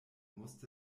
musste